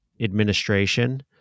administration